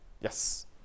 Yes